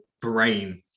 brain